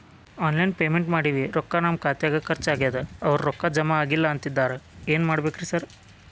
Online payment ಮಾಡೇವಿ ರೊಕ್ಕಾ ನಮ್ ಖಾತ್ಯಾಗ ಖರ್ಚ್ ಆಗ್ಯಾದ ಅವ್ರ್ ರೊಕ್ಕ ಜಮಾ ಆಗಿಲ್ಲ ಅಂತಿದ್ದಾರ ಏನ್ ಮಾಡ್ಬೇಕ್ರಿ ಸರ್?